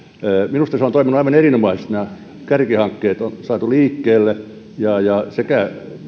minusta se on toiminut aivan erinomaisesti nämä kärkihankkeet on saatu liikkeelle ja ja päätavoitteena sekä